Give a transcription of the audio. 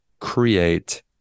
create